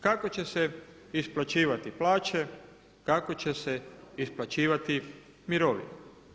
Kako će se isplaćivati plaće, kako će se isplaćivati mirovine?